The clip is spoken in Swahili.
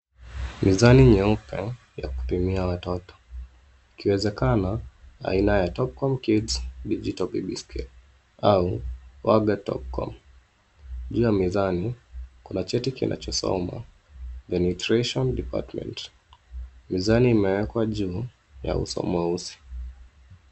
Mizani nyeupe ya kupimia watoto, ikiwezekana aina ya Topcon kids digital baby scale au Apgar Topcom . Juu ya mezani kuna cheti kinachosoma The Nutrition Department . Mizani imewekwa juu ya uso mweusi.